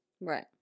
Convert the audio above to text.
Right